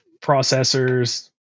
processors